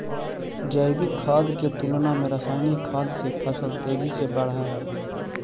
जैविक खाद के तुलना में रासायनिक खाद से फसल तेजी से बढ़ऽ हइ